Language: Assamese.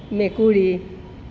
মেকুৰী